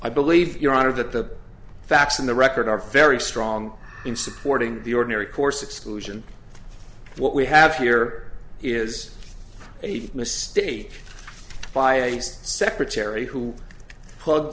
i believe your honor that the facts in the record are very strong in supporting the ordinary course exclusion what we have here is a mistake by secretary who plug